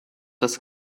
das